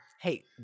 Hey